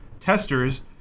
testers